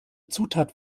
zutat